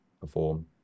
perform